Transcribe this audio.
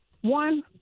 One